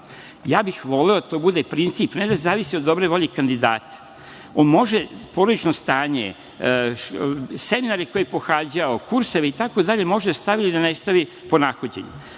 bih da to bude princip, ne da zavisi od dobre volje kandidata. On može porodično stanje, seminare koje je pohađao, kurseve, itd, može da stavi ili ne stavi, po nahođenju,